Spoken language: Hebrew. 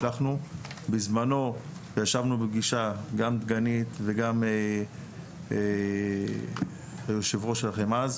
בזמנו ישבנו בפגישה גם דגנית וגם היושב-ראש שלכם אז,